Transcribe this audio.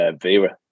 Vera